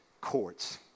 courts